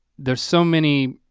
there's so many.